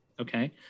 okay